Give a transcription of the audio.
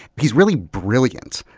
he's really brilliant,